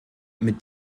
mit